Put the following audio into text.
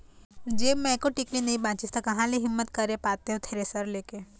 जेब म एको टिकली नइ बचिस ता काँहा ले हिम्मत करे पातेंव थेरेसर ले के